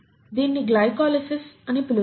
దీన్ని గ్లైకోలిసిస్ అని పిలుస్తారు